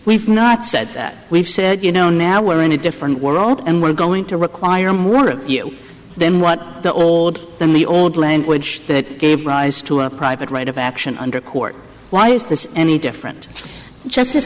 we've not said that we've said you know now we're in a different world and we're going to require more of you then what the old than the old language that gave rise to a private right of action under court why is this any different just